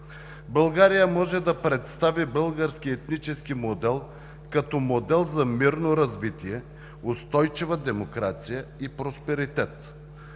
България може да представи българския етнически модел като модел за мирно развитие, устойчива демокрация и просперитет.